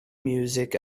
music